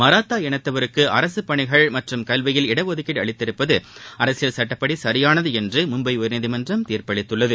மராத்தா இனத்தவருக்கு அரசு பணிகள் மற்றும் கல்வியில் இடஒதுக்கீடு அளித்துள்ளது அரசியல் சுட்டப்படி சரியானது என்று மும்பை உயர்நீதிமன்றம் தீர்ப்பளித்துள்ளது